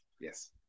Yes